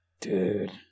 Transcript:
Dude